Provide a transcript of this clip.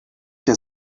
der